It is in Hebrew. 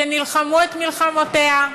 שנלחמו את מלחמותיה,